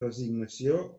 resignació